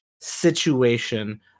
situation